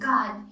God